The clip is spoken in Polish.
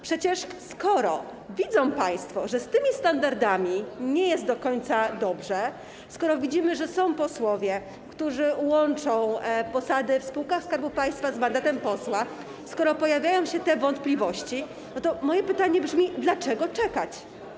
Przecież skoro widzą państwo, że z tymi standardami nie do końca jest dobrze, skoro widzimy, że są posłowie, którzy łączą posady w spółkach Skarbu Państwa z mandatem posła, skoro pojawiają się te wątpliwości, to moje pytanie brzmi: Po co czekać?